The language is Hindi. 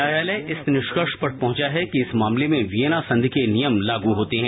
न्यायालय इस निष्कर्ष पर पहुंचा है कि इस मामले में वियना सांधी के नियम लागू होते हैं